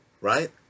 right